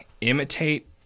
imitate